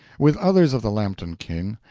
with others of the lampton kin,